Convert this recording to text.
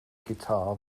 guitar